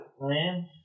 man